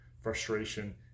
frustration